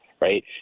right